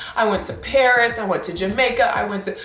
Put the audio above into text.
i went to paris. i went to jamaica. i went to,